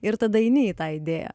ir tada eini į tą idėją